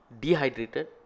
dehydrated